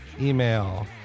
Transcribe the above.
email